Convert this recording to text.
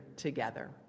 together